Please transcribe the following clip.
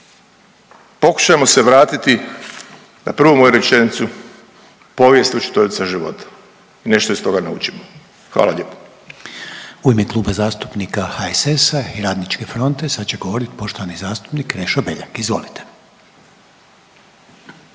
pokušajmo se vratiti na prvu moju rečenicu, povijest je učiteljica života i nešto iz toga naučimo. Hvala lijepo. **Reiner, Željko (HDZ)** U ime Kluba zastupnika HSS-a i Radničke fronte sad će govoriti poštovani zastupnik Krešo Beljak, izvolite.